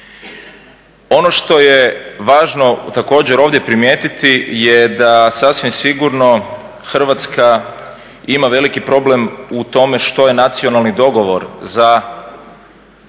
Ono što je važno također ovdje primijetiti je da sasvim sigurno Hrvatska ima veliki problem u tome što je nacionalni dogovor za Strategiju